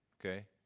Okay